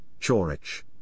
Chorich